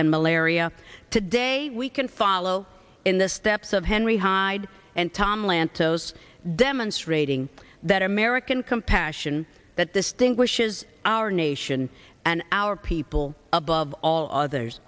and malaria today we can follow in the steps of henry hyde and tom lantos demonstrating that american compassion that this thing wishes our nation and our people above all others